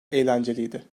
eğlenceliydi